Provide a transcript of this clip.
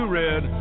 red